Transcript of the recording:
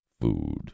food